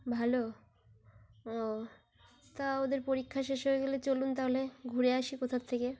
ভালো ও তা ওদের পরীক্ষা শেষ হয়ে গেলে চলুন তাহলে ঘুরে আসি কোথার থেকে